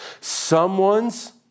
Someone's